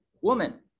woman